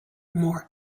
more